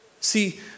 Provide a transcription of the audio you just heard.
See